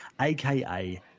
AKA